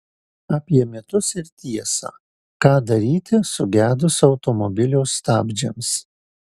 apie mitus ir tiesą ką daryti sugedus automobilio stabdžiams